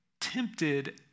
tempted